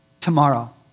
Tomorrow